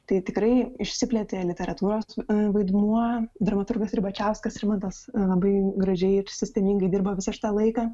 tai tikrai išsiplėtė literatūros vaidmuo dramaturgas ribačiauskas rimantas labai gražiai ir sistemingai dirbo visą šitą laiką